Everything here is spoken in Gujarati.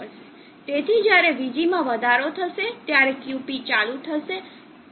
તેથી જ્યારે Vg માં વધારો થશે ત્યારે QP ચાલુ થશે